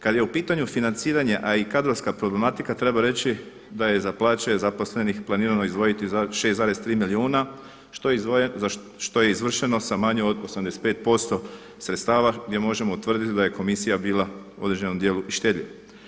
Kad je u pitanju financiranje a i kadrovska problematika treba reći da je za plaće zaposlenih izdvojiti 6,3 milijuna za što je izvršeno sa manje od 85% sredstava gdje možemo utvrditi da je komisija bila u određenom djelu i štedljiva.